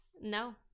No